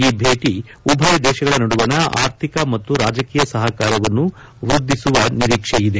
ಈ ಭೇಟಿ ಉಭಯ ದೇಶಗಳ ನಡುವಣ ಆರ್ಥಿಕ ಮತ್ತು ರಾಜಕೀಯ ಸಹಕಾರವನ್ನು ವೃದ್ಧಿಸುವ ನಿರೀಕ್ಷೆಯಿದೆ